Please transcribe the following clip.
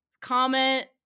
comment